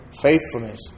faithfulness